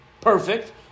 perfect